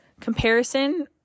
comparison